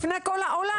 בפני כל העולם,